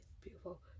beautiful